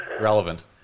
Relevant